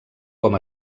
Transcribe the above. com